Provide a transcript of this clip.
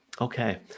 okay